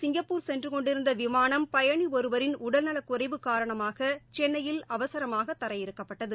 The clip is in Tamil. சிங்கப்பூர் சென்று கொண்டிருந்த விமானம் பயணி ஒருவரின் உடல்நலக்குறைவு காரணமாக சென்னையில் அவசரகமாக தரையிறக்கப்பட்டது